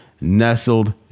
nestled